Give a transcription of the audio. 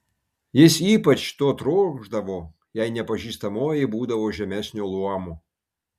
jis ypač to trokšdavo jei nepažįstamoji būdavo žemesnio luomo